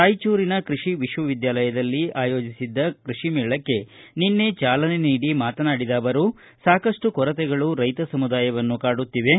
ರಾಯಚೂರಿನ ಕೈಷಿ ವಿಶ್ವವಿದ್ಯಾಲಯದಲ್ಲಿ ಆಯೋಜಿಸಿದ್ದ ಕೈಷಿ ಮೇಳಕ್ಕೆ ಚಾಲನೆ ನೀಡಿ ಮಾತನಾಡಿದ ಅವರು ಸಾಕಷ್ಟು ಕೊರತೆಗಳು ರೈತ ಸಮುದಾಯವನ್ನು ಕಾಡುತ್ತಿವೆ